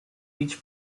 each